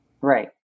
Right